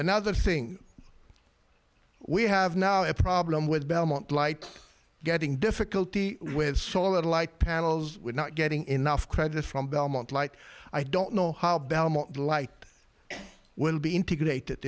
another thing we have now a problem with belmont light getting difficulty with solar light panels we're not getting enough credit from belmont light i don't know how belmont light will be integrated